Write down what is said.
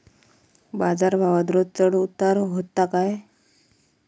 बाजार भावात रोज चढउतार व्हता काय?